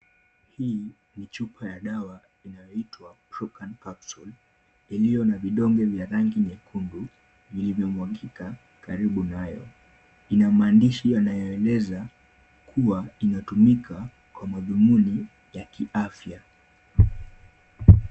Hii ni chupa ya dawa inayoitwa Procan Capsole, iliyo na vidonge vya rangi nyekundu vilivyomwagika karibu nayo. Ina maandishi yanayoeleza kuwa inatumika kwa madhumuni ya kiafya.